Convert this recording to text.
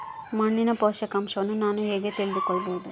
ಮಣ್ಣಿನ ಪೋಷಕಾಂಶವನ್ನು ನಾನು ಹೇಗೆ ತಿಳಿದುಕೊಳ್ಳಬಹುದು?